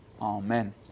Amen